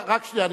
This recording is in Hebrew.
רק שנייה,